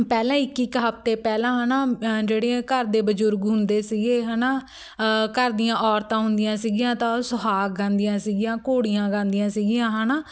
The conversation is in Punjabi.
ਪਹਿਲਾਂ ਇੱਕ ਇੱਕ ਹਫਤੇ ਪਹਿਲਾਂ ਹੈ ਨਾ ਜਿਹੜੀਆਂ ਘਰ ਦੇ ਬਜ਼ੁਰਗ ਹੁੰਦੇ ਸੀਗੇ ਹੈ ਨਾ ਘਰ ਦੀਆਂ ਔਰਤਾਂ ਹੁੰਦੀਆਂ ਸੀਗੀਆਂ ਤਾਂ ਉਹ ਸੁਹਾਗ ਗਾਉਂਦੀਆਂ ਸੀਗੀਆਂ ਘੋੜੀਆਂ ਗਾਉਂਦੀਆਂ ਸੀਗੀਆਂ ਹੈ ਨਾ